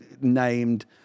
named